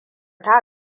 ta